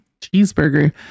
cheeseburger